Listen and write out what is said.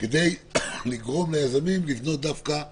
כדי לגרום ליזמים לבנות דווקא אצלם.